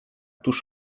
tuż